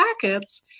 packets